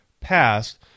past